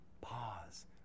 pause